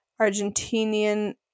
Argentinian –